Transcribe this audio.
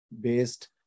based